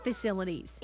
facilities